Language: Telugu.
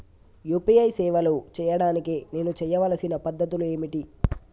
యూ.పీ.ఐ సేవలు చేయడానికి నేను చేయవలసిన పద్ధతులు ఏమిటి?